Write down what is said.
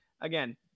again